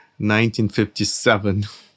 1957